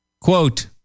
Quote